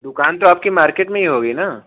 दुकान तो आपकी मार्केट में ही होगी न